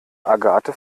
agathe